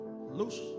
Loose